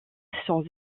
sans